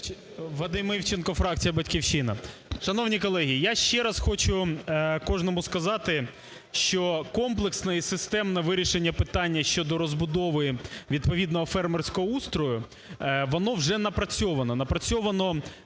Вадим Івченко фракція "Батьківщина". Шановні колеги, я ще раз хочу кожному сказати, що комплексне і системне вирішення питання щодо розбудови відповідного фермерського устрою, воно вже напрацьовано.